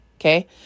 Okay